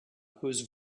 whose